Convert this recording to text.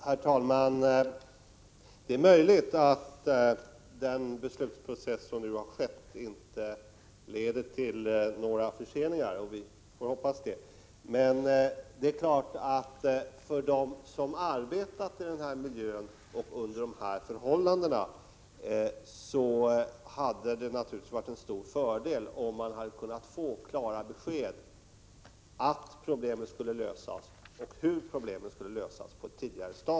Herr talman! Det är möjligt att den beslutsprocess som nu tillämpats inte leder till några förseningar — vi får hoppas det. Men för dem som arbetat i den här miljön och under dessa förhållanden hade det naturligtvis varit en stor fördel, om man på ett tidigt stadium hade kunnat få klara besked att problemen skulle lösas och hur de skulle lösas.